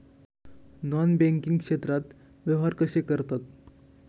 Non banking क्षेत्रात व्यवहार कसे करतात?